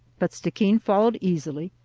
but stickeen followed easily,